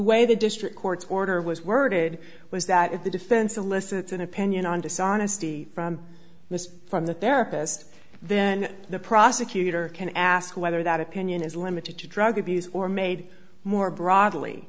way the district court's order was worded was that if the defense elicits an opinion on dishonesty from this from the therapist then the prosecutor can ask whether that opinion is limited to drug abuse or made more broadly